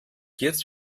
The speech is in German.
jetzt